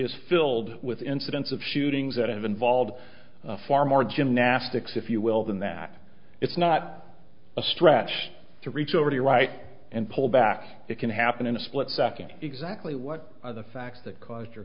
is filled with incidents of shootings that have involved far more gymnastics if you will than that it's not a stretch to reach over the right and pull back it can happen in a split second exactly what are the facts that caused your